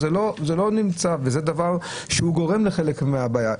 זה דבר שגורם לחלק מהבעיה.